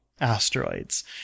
asteroids